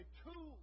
two